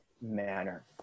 manner